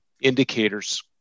indicators